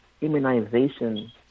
immunization